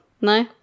No